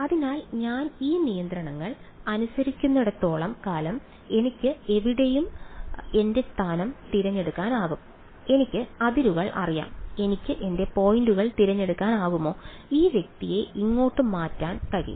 അതിനാൽ ഞാൻ ഈ നിയന്ത്രണങ്ങൾ അനുസരിക്കുന്നിടത്തോളം കാലം എനിക്ക് എവിടെയും എന്റെ സ്ഥാനം തിരഞ്ഞെടുക്കാനാകും എനിക്ക് അതിരുകൾ അറിയാം എനിക്ക് എന്റെ പോയിന്റുകൾ തിരഞ്ഞെടുക്കാനാകുമോ ഈ വ്യക്തിയെ ഇങ്ങോട്ട് മാറ്റാൻ കഴിയും